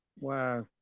Wow